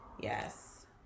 Yes